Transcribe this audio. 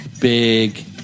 Big